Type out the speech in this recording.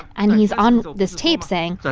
and he's on this tape, saying. but